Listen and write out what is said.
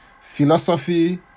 philosophy